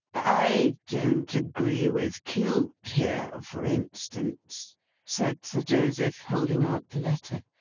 i don't agree with cute here, for instance said sir joseph, holding out the letter.